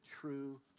true